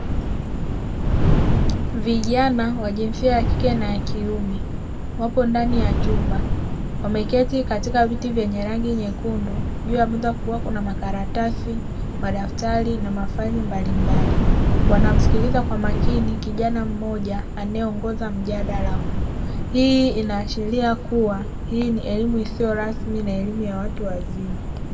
Vijana wa jinsia ya kike na kiume wapo ndani ya chumba wameketi katika viti vyenye rangi nyekundu, juu ya meza kukiwa kuna: makaratasi, madaftari na mafaili mbalimbali; wanamsikiliza kwa makini kijana mmoja anayeongoza mjadala huu. Hii inaashiria kuwa hii ni elimu isiyo rasmi na elimu ya watu wazima.